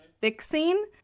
fixing